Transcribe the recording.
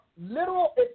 literal